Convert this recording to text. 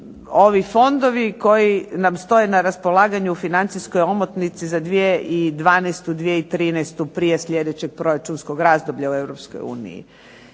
Ovi fondovi koji nam stoje na raspolaganju u financijskoj omotnici za 2012., 2013. prije sljedećeg proračunskog razdoblja u